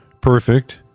perfect